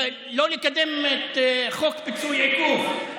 לא לקדם את חוק פיצוי עיכוב.